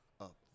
up